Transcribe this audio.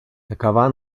такова